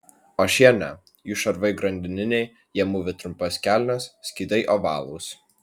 o šie ne jų šarvai grandininiai jie mūvi trumpas kelnes skydai ovalūs